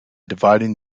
dividing